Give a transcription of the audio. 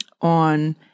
on